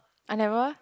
I never